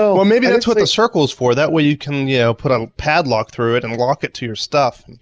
ah well maybe that's what the circle is for that way you can yeah put up a pad lock through it and lock it to your stuff. and